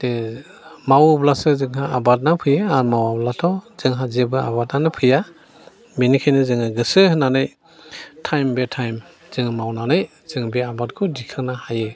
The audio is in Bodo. बे मावोब्लासो जोंहा आबादबो फैयो आरो मावाब्लाथ' जोंहा जेबो आबादानो फैया बेनिखायनो जोङो गोसो होनानै टाइम बाय टाइम जोङो मावनानै जों बे आबादखौ दिखांनो हायो